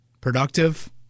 productive